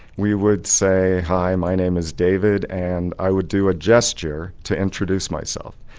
we would say hi, my name is david and i would do a gesture to introduce myself.